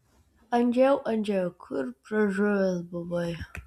andžejau andžejau kur pražuvęs buvai